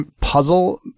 puzzle